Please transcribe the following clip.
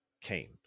Cain